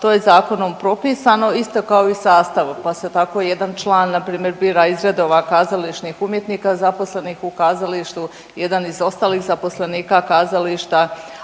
to je zakonom propisano isto kao i sastav, pa se tako jedan član npr. bira iz redova kazališnih umjetnika zaposlenih u kazalištu, jedan iz ostalih zaposlenika kazališta,